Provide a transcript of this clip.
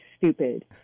stupid